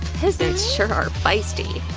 peasants sure are feisty!